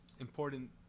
important